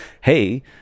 Hey